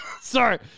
Sorry